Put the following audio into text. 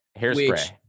hairspray